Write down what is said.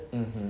mmhmm